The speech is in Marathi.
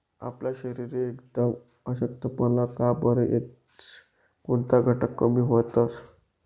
आपला शरीरले एकदम अशक्तपणा का बरं येस? कोनता घटक कमी व्हतंस?